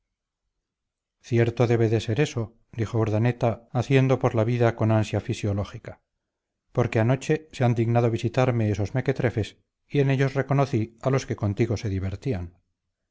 cierto debe de ser eso dijo urdaneta haciendo por la vida con ansia fisiológica porque anoche se han dignado visitarme esos mequetrefes y en ellos reconocí a los que contigo se divertían